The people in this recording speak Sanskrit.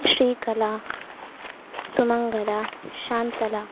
श्रीकला सुमङ्गला शान्तला